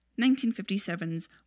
1957's